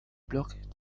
block